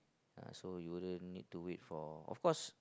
uh so you wouldn't need to wait for of cause